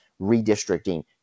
redistricting